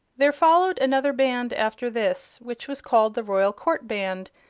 there followed another band after this, which was called the royal court band,